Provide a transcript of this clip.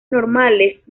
normales